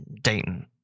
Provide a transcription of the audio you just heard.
Dayton